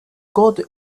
god